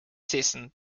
season